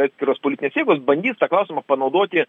atskiros politinės jėgos bandys tą klausimą panaudoti